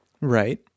right